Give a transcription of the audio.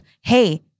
hey